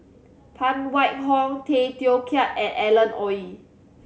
Phan Wait Hong Tay Teow Kiat and Alan Oei